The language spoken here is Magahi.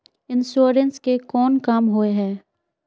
इंश्योरेंस के कोन काम होय है?